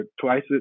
Twice